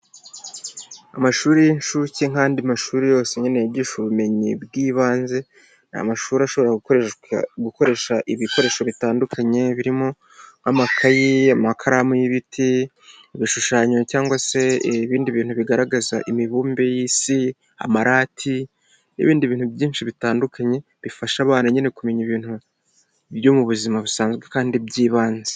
Amashuri y'inshuke n'andi mashuri yose yigisha ubumenyi bw'ibanze, ni amashuri ashobora gukoresha ibikoresho bitandukanye birimo amakayi, amakaramu y'ibiti, ibishushanyo cyangwa ibindi bintu bigaragaza imibumbe y'isi, amarati, n'ibindi bintu byinshi bitandukanye, bifasha abana kumenya ibintu byo mu buzima busanzwe kandi by'ibanze.